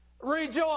Rejoice